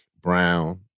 brown